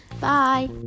Bye